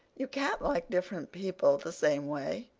you can't like different people the same way.